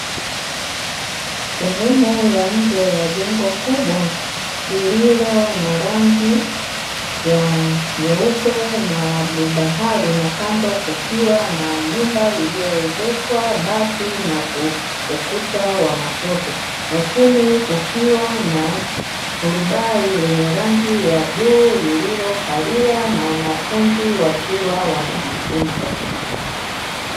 Sehemu ya nje ya jengo kubwa, lililo na rangi nyeupe na bluu bahari na kando kukiwa na nyumba iliyoezekwa bati na ukuta wa matope, na chini kukiwa na turubai lenye rangi ya bluu, lililokaliwa na wanafunzi, wakiwa wanajifunza.